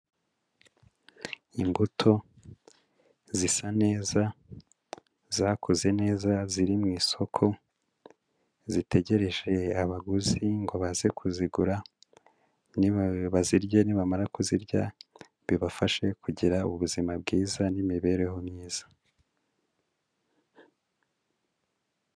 Imbuto zisa neza, zakuze neza, ziri mu isoko, zitegereje abaguzi ngo baze kuzigura, bazirye, nibamara kuzirya bibafashe kugira ubuzima bwiza n'imibereho myiza.